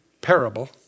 parable